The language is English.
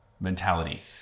mentality